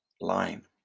line